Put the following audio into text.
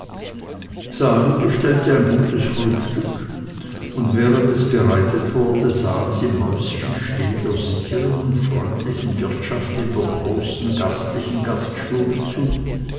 sali bestellte ein gutes frühstück und während es bereitet wurde sahen sie mäuschenstill der sicheren und freundlichen wirtschaft in der großen reinlichen gaststube zu